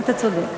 אתה צודק.